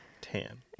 Tan